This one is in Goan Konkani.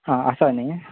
हा आसा न्ही